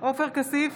עופר כסיף,